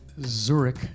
Zurich